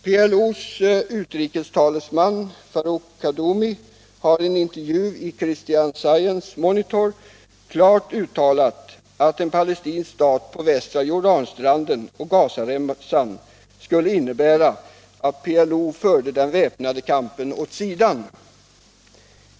PLO:s utrikestalesman, Faruk Kaddumi, har i en intervju i Christian Science Monitor klart uttalat att en palestinsk stat på västra Jordanstranden och på Gazaremsan skulle innebära att PLO förde den väpnade kampen åt sidan.